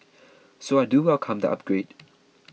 so I do welcome the upgrade